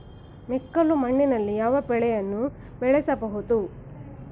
ಮೆಕ್ಕಲು ಮಣ್ಣಿನಲ್ಲಿ ಯಾವ ಬೆಳೆಯನ್ನು ಬೆಳೆಯಬಹುದು?